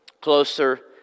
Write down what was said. closer